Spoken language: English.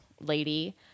lady